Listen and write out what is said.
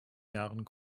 jahren